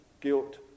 guilt